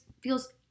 feels